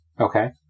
Okay